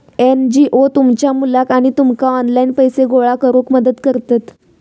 NGO तुमच्या मुलाक आणि तुमका ऑनलाइन पैसे गोळा करूक मदत करतत